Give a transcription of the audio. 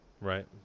Right